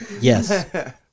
Yes